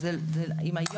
זה מאוד